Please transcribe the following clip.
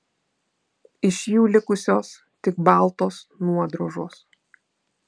iš jų likusios tik baltos nuodrožos